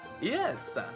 Yes